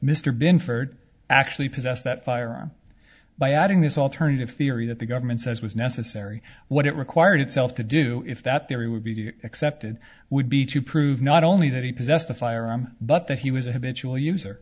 mr binford actually possessed that firearm by adding this alternative theory that the government says was necessary what it required itself to do if that there would be accepted would be to prove not only that he possessed a firearm but that he was a